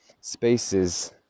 spaces